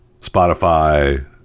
Spotify